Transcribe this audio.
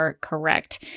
correct